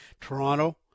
Toronto